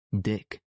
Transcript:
Dick